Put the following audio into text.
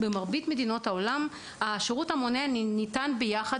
במרבית מדינות העולם השירות המונע ניתן יחד